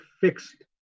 fixed